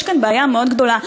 יש כאן בעיה גדולה מאוד.